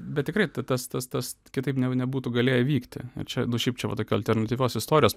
bet tikrai tas tas tas kitaip ne nebūtų galėję vykti čia nu šiaip čia va alternatyvios istorijos